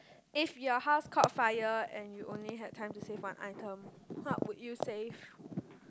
if your house caught fire and you only had time to save one item what would you save